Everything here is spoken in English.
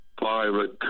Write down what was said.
pirate